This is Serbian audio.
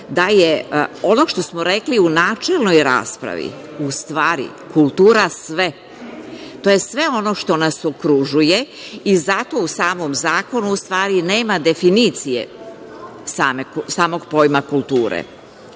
da je, ono što smo rekli u načelnoj raspravi, u stvari kultura sve, sve ono što nas okružuje i zato u samom zakonu nema definicije samog pojma kulture. Kada